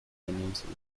península